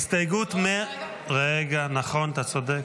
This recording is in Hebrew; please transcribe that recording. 182. רגע, נכון, אתה צודק.